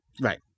Right